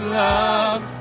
love